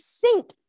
sink